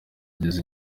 ageze